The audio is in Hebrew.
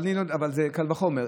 אבל זה קל וחומר,